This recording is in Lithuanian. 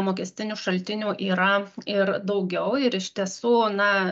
mokestinių šaltinių yra ir daugiau ir iš tiesų na